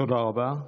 תודה רבה.